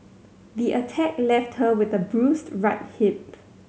the attack left her with a bruised right hip